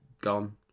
gone